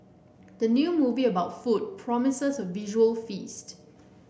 the new movie about food promises a visual feast